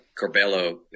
Corbello